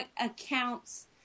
accounts